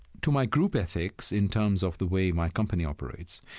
to my group ethics in terms of the way my company operates,